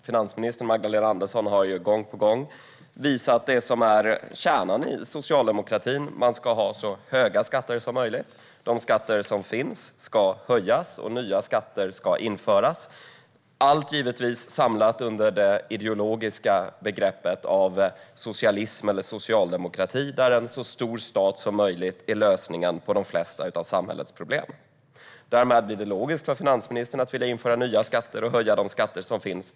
Finansminister Magdalena Andersson har ju gång på gång visat det som är kärnan i socialdemokratin: Man ska ha så höga skatter som möjligt, de skatter som finns ska höjas och nya skatter ska införas - allt givetvis samlat under det ideologiska begreppet socialism eller socialdemokrati, där en så stor stat som möjligt är lösningen på de flesta av samhällets problem. Därmed är det logiskt att finansministern vill införa nya skatter och höja de skatter som finns.